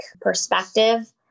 perspective